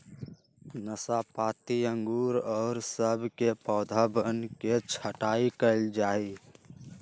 नाशपाती अंगूर और सब के पौधवन के छटाई कइल जाहई